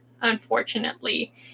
unfortunately